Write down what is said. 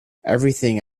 everything